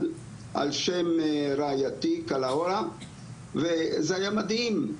על שם רעייתי קלאורה וזה היה מדהים,